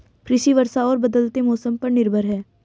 कृषि वर्षा और बदलते मौसम पर निर्भर है